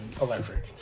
electric